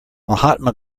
mahatma